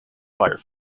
fire